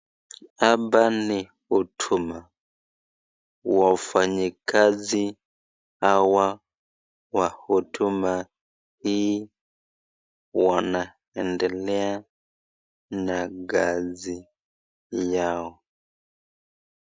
Hapa ni huduma wafanyikazi hawa wa huduma hii wanaendelea na kazi Yao.